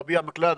רביע מקלדה.